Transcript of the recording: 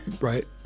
right